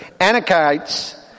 Anakites